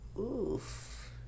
Oof